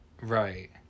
right